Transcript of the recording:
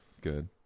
good